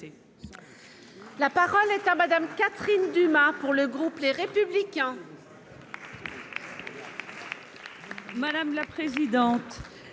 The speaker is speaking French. La parole est à Mme Catherine Dumas, pour le groupe Les Républicains.